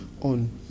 on